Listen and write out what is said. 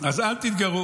אז אל תתגרו,